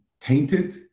tainted